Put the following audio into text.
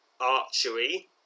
archery